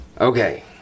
Okay